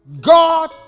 God